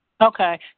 Okay